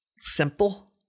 simple